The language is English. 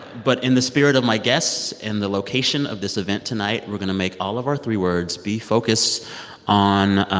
but in the spirit of my guests and the location of this event tonight, we're going to make all of our three words be focused on